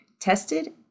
tested